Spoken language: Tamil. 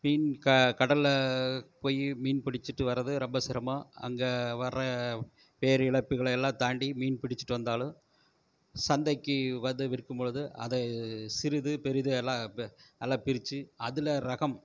மீன் க கடல்ல போய் மீன் பிடிச்சிட்டு வரது ரொம்ப சிரமம் அங்கே வர பேரிழப்புகளெல்லாம் தாண்டி மீன் பிடிச்சிட்டு வந்தாலும் சந்தைக்கு வந்து விற்கும்பொழுது அதை சிறுது பெரிது எல்லா எல்லாம் பிரித்து அதில் ரகம்